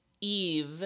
Eve